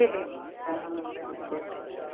क्रिकेटके हम live wicket देखैत छियै